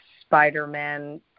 Spider-Man